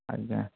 ଆଜ୍ଞା